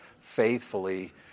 faithfully